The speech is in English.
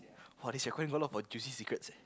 !wah! this recording got a lot of our juicy secrets eh